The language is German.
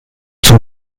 zum